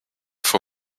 for